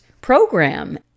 program